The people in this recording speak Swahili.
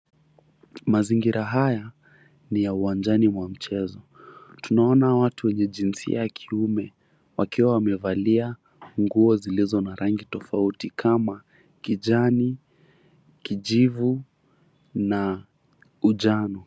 Mazingira haya ni ya uwanjaninwa mchezo. Tunaona watu wenye jinsia ya kiume wakiwa wamevalia nguo zilizo na rangi tofauti kama kijani, kijivu na ujano.